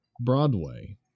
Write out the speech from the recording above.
Broadway